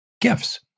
gifts